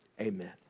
amen